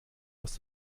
aus